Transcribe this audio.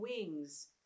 wings